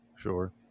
Sure